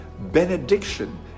benediction